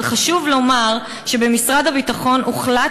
אבל חשוב לומר שבמשרד הביטחון הוחלט